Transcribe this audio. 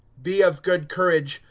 be of good courage,